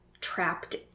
trapped